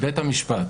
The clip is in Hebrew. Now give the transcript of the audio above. בית המשפט.